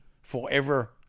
forever